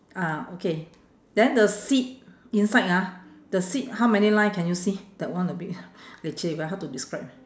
ah okay then the seat inside ah the seat how many line can you see that one a bit leceh very hard to describe